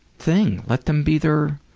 thing, let them be their,